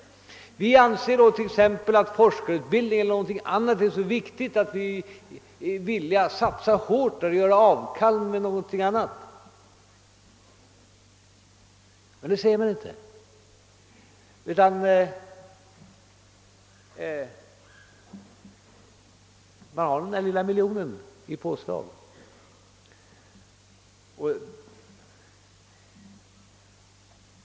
Vi anser att forskarutbildningen är så viktig att vi är villiga att satsa hårt och göra avkall på något annat.» Men det säger man inte, utan man har den där miljonen i påslag.